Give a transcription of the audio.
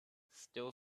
still